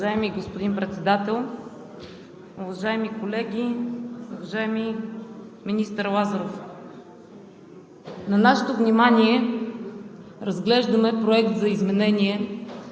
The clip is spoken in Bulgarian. Уважаеми господин Председател, уважаеми колеги, уважаеми заместник-министър Лазаров! На нашето внимание разглеждаме Проект за изменение